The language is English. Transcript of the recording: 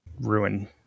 Ruin